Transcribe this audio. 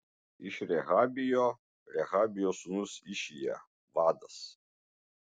iš rehabijo rehabijo sūnus išija vadas